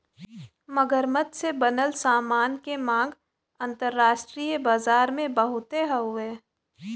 मगरमच्छ से बनल सामान के मांग अंतरराष्ट्रीय बाजार में बहुते हउवे